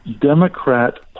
Democrat